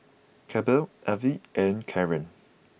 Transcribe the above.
Kelby Levie and Karen